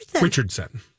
Richardson